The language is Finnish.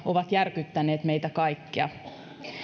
ovat järkyttäneet meitä kaikkia